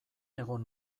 egon